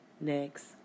next